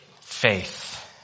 faith